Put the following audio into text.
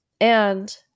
And-